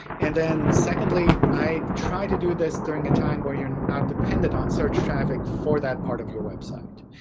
and then secondly, i try to do this during a time where you're not dependent on search traffic for that part of your website.